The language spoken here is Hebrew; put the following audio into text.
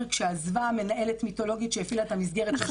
כשעזבה מנהלת מיתולוגית שהפעילה את המסגרת במשך שנים.